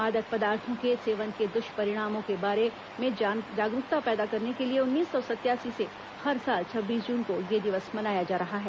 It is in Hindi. मादक पदार्थो के सेवन के दुष्परिणामों के बारे जागरुकता पैदा करने के लिए उन्नीस सौ सतासी से हर साल छब्बीस जून को यह दिवस मनाया जा रहा है